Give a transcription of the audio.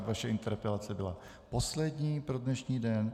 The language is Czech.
Vaše interpelace byla poslední pro dnešní den.